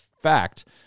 fact